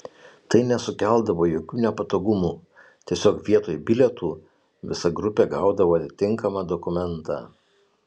tai nesukeldavo jokių nepatogumų tiesiog vietoj bilietų visa grupė gaudavo atitinkamą dokumentą